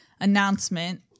announcement